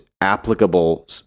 applicable